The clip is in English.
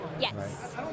Yes